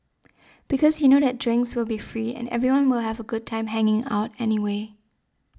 because you know that drinks will be free and everyone will have a good time hanging out anyway